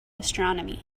astronomy